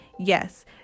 Yes